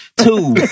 Two